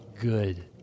good